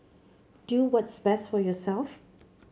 do what's best for yourself